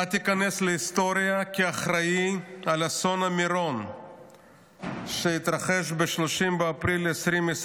אתה תיכנס להיסטוריה כאחראי לאסון מירון שהתרחש ב-30 באפריל 2021,